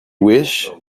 wished